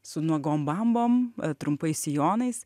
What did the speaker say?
su nuogom bambom trumpais sijonais